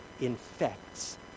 infects